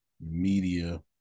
media